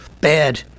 bad